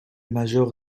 major